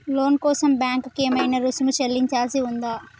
లోను కోసం బ్యాంక్ కి ఏమైనా రుసుము చెల్లించాల్సి ఉందా?